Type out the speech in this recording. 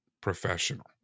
Professional